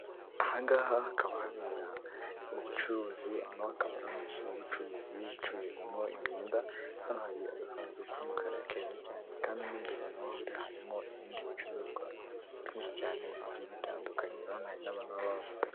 Ahangaha hakaba habera ubucuruzi ano akaba ari amazu y'ubucuruzicururi acururizwamo imyenda, hano hari agakanzu k'umukara keza cyane karimo imbere mu birahure, mo imbere harimo ibindi bicuruzwa byinshi cyane bigiye bitandukanye, urabona hari n'abantu baba bahahagaze.